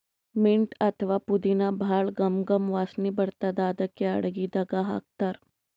mint ಅಥವಾ ಪುದಿನಾ ಭಾಳ್ ಘಮ್ ಘಮ್ ವಾಸನಿ ಬರ್ತದ್ ಅದಕ್ಕೆ ಅಡಗಿದಾಗ್ ಹಾಕ್ತಾರ್